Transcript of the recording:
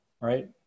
Right